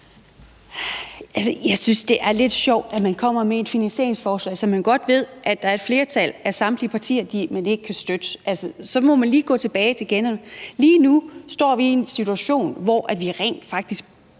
Jeg synes, det er lidt sjovt, at man kommer med et finansieringsforslag, som man godt ved at et flertal af samtlige partier ikke kan støtte. Altså, så må man lige gå tilbage og se på det igen. Lige nu står vi i en situation, hvor vi rent faktisk